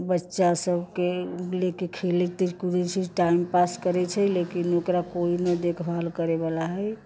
बच्चा सभके लेके खेलाइते कोइ भी टाइम पास करैत छै लेकिन ओकरा केओ नहि देखभाल करैबाला हइ